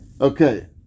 Okay